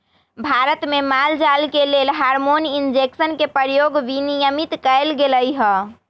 भारत में माल जाल के लेल हार्मोन इंजेक्शन के प्रयोग विनियमित कएल गेलई ह